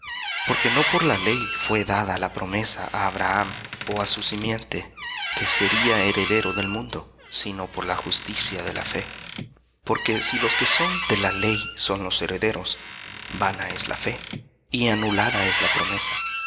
porque no por la ley fué la promesa á abraham ó á su simiente que sería heredero del mundo sino por la justicia de la fe porque si los que son de la ley son los herederos vana es la fe y anulada es la promesa